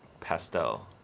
Pastel